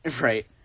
right